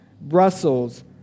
Brussels